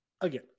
again